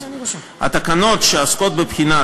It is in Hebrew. התקנות שעוסקות בבחינה,